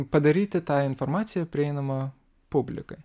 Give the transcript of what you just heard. padaryti tą informaciją prieinamą publikai